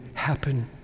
happen